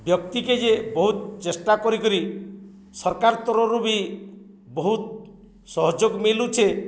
ବ୍ୟକ୍ତିକେ ଯେ ବହୁତ ଚେଷ୍ଟା କରିକରି ସରକାର୍ ତରରୁ ବି ବହୁତ ସହଯୋଗ ମିଲୁଛେ